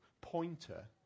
pointer